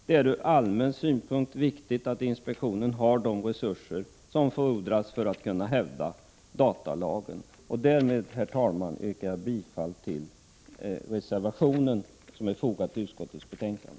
Det är ur allmän synpunkt viktigt att inspektionen har de resurser som fordras för att hävda datalagen. Därmed, herr talman, yrkar jag bifall till reservationen, som är fogad till utskottets betänkande.